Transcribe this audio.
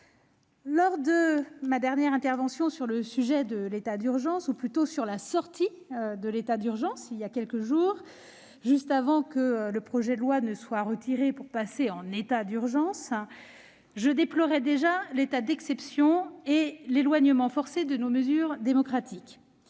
lors de ma dernière intervention sur la question de l'état d'urgence, plus précisément sur celle de la sortie de l'état d'urgence, voilà quelques jours, juste avant que le projet de loi ne soit retiré pour passer en état d'urgence, je déplorais déjà l'état d'exception et l'éloignement forcé de nos règles démocratiques.